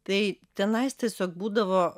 tai tenais tiesiog būdavo